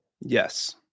Yes